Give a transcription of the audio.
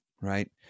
right